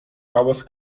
hałas